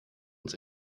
uns